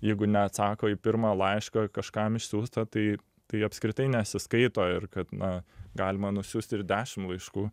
jeigu neatsako į pirmą laišką kažkam išsiųstą tai tai apskritai nesiskaito ir kad na galima nusiųsti ir dešim laiškų